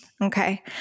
Okay